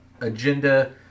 agenda